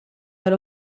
tal